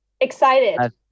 excited